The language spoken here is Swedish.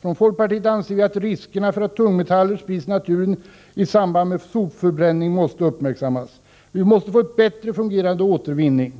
Från folkpartiet anser vi att riskerna för att tungmetaller sprids i naturen i samband med sopförbränning måste uppmärksammas. Vi måste få en bättre fungerande återvinning.